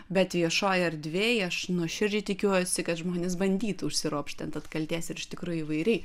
bet viešoj erdvėj aš nuoširdžiai tikiuosi kad žmonės bandytų užsiropšti ant atkaltės ir iš tikrųjų įvairiai